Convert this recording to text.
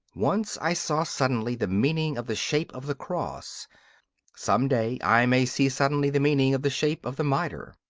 once i saw suddenly the meaning of the shape of the cross some day i may see suddenly the meaning of the shape of the mitre.